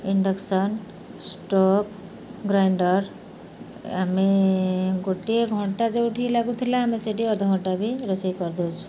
induction stove grinder ଆମେ ଗୋଟିଏ ଘଣ୍ଟା ଯେଉଁଠି ଲାଗୁଥିଲା ଆମେ ସେଇଠି ଅଧଘଣ୍ଟା ବି ରୋଷେଇ କରିଦେଉଛୁ